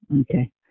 Okay